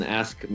ask